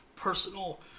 personal